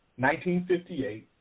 1958